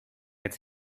its